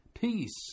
Peace